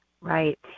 Right